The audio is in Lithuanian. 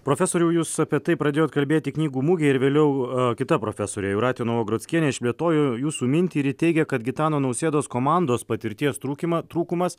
profesoriau jus apie tai pradėjot kalbėti knygų mugėj ir vėliau kita profesorė jūratė novagrockienė išplėtojo jūsų mintį ir ji teigia kad gitano nausėdos komandos patirties trūkimą trūkumas